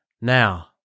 Now